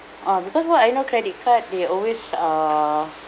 oh because what I know credit card they always err